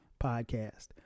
podcast